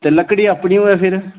ते लक्कड़ी अपनी होऐ फिर